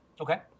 okay